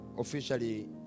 officially